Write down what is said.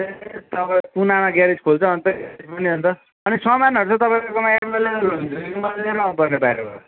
अन्त तपाईँ कुनामा ग्यारेज खोल्छ अन्त अनि समानहरू चाहिँ तपाईँकोमा एभाइलेबल हुन्छ कि मैले लिएर आउनु पर्ने बाहिरबाट